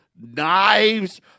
knives